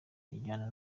bijyana